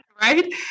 Right